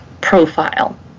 profile